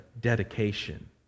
dedication